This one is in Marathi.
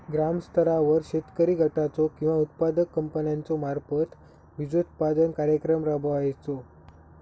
ग्रामस्तरावर शेतकरी गटाचो किंवा उत्पादक कंपन्याचो मार्फत बिजोत्पादन कार्यक्रम राबायचो?